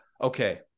Okay